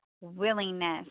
willingness